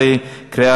מתנגדים.